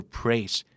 praise